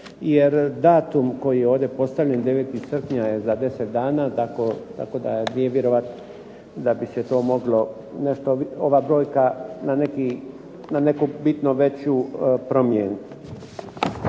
Jer datum koji je ovdje postavljen 9. srpnja je za 10 dana tako da nije vjerovati da bi se to moglo ova brojka na neku bitno veću promijeniti.